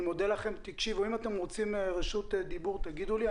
אם אתם רוצים רשות דיבור תגידו לי.